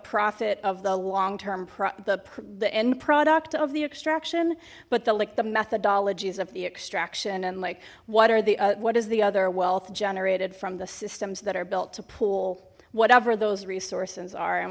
profit of the long term prep the end product of the extraction but the like the methodologies of the extraction and like what are the what is the other wealth generated from the systems that are built to pull whatever those resources are and